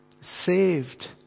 Saved